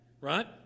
right